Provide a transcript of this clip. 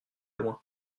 loin